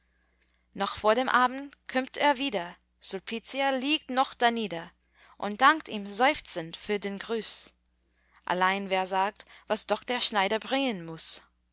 noch vor dem abend kömmt er wieder sulpitia liegt noch danieder und dankt ihm seufzend für den gruß allein wer sagt was doch der schneider bringen muß